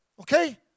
Okay